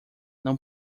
não